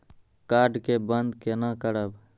Card के बन्द केना करब?